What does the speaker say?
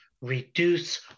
reduce